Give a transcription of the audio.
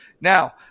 Now